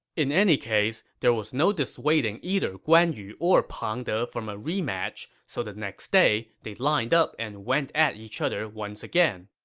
in any case, there was no dissuading either guan yu or pang de from a rematch, so the next day, they lined up and went at each other once again.